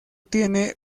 tiene